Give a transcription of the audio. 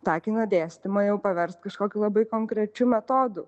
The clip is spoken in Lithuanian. tą kino dėstymą jau paverst kažkokiu labai konkrečiu metodu